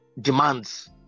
demands